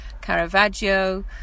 Caravaggio